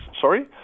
Sorry